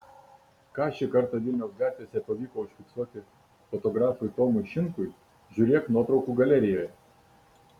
ką šį kartą vilniaus gatvėse pavyko užfiksuoti fotografui tomui šimkui žiūrėk nuotraukų galerijoje